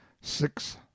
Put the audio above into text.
six